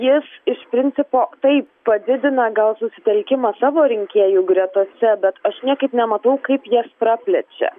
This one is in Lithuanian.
jis iš principo taip padidina gal susitelkimą savo rinkėjų gretose bet aš niekaip nematau kaip jas praplečia